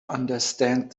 understand